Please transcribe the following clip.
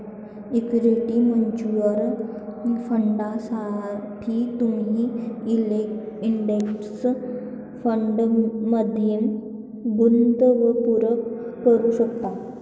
equity mutual फंडांसाठी तुम्ही index फंडमध्ये गुंतवणूक करू शकता